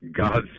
God's